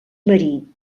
marí